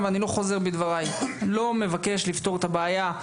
אני מתכבד לפתוח את ישיבת ועדת החינוך,